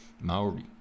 Maori